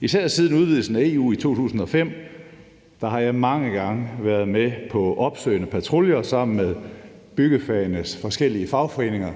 Især siden udvidelsen af EU i 2005 har jeg mange gange været med på opsøgende patruljer sammen med byggefagenes forskellige fagforeninger,